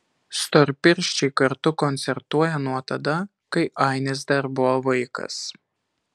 storpirščiai kartu koncertuoja nuo tada kai ainis dar buvo vaikas